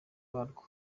barwo